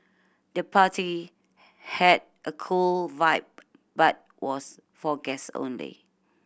the party had a cool vibe but was for guest only